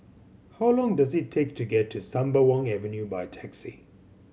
how long does it take to get to Sembawang Avenue by taxi